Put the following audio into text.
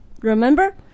Remember